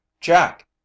jack